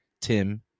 Tim